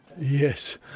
Yes